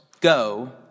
go